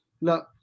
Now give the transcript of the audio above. look